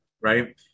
right